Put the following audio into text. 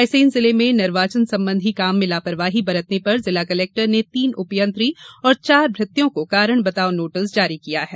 रायसेन जिले में निर्वाचन संबंधी काम में लापरवाही बरतने पर जिला कलेक्टर ने तीन उपयंत्री और चार भृत्यों को कारण बताओं नोटिस जारी किया है